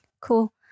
Cool